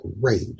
great